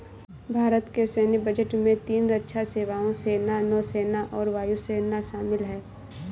भारत के सैन्य बजट में तीन रक्षा सेवाओं, सेना, नौसेना और वायु सेना शामिल है